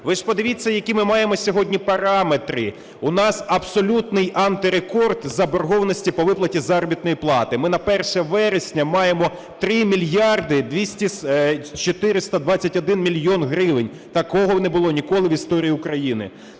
Ви ж подивіться, які ми маємо сьогодні параметри. У нас із заборгованості по виплаті заробітної плати. Ми на 1 вересня маємо 3 мільярди 421 мільйон гривень – такого не було ніколи в історії України.